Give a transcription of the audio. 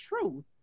truth